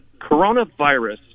coronavirus